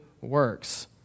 works